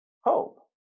hope